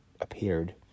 appeared